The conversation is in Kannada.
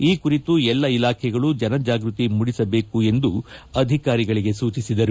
ಈ ಕುರಿತು ಎಲ್ಲ ಇಲಾಖೆಗಳು ಜನಜಾಗೃತಿ ಮೂಡಿಸಬೇಕು ಎಂದು ಅಧಿಕಾರಿಗಳಿಗೆ ಸೂಚಿಸಿದರು